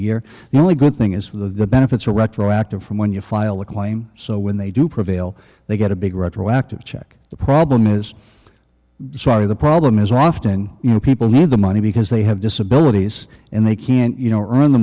year the only good thing is that the benefits are retroactive from when you file a claim so when they do prevail they get a big retroactive check the problem is sorry the problem is we're often you know people need the money because they have disability and they can't you know earn the